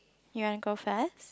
you want to go first